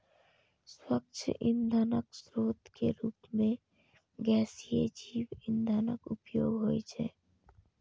स्वच्छ ईंधनक स्रोत के रूप मे गैसीय जैव ईंधनक उपयोग होइ छै